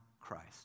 Christ